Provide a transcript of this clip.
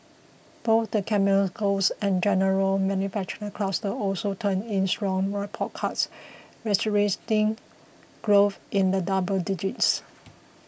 both the chemicals and general manufacturing clusters also turned in strong report cards registering growth in the double digits